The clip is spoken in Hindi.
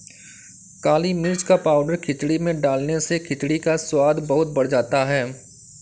काली मिर्च का पाउडर खिचड़ी में डालने से खिचड़ी का स्वाद बहुत बढ़ जाता है